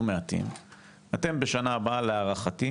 אתם, בשנה הבאה, להערכתי,